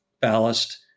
ballast